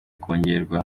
kongerwa